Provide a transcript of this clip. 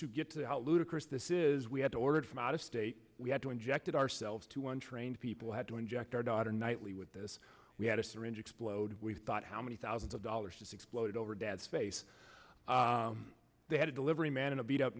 to get to how ludicrous this is we had ordered from out of state we had to inject it ourselves to one trained people had to inject our daughter nightly with this we had a syringe explode we thought how many thousands of dollars just exploded over dad's face they had a delivery man in a beat up